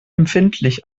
empfindlich